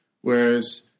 whereas